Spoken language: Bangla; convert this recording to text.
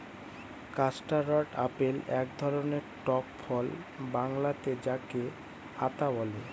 কাস্টারড আপেল এক ধরনের টক ফল বাংলাতে যাকে আঁতা বলে